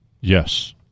Yes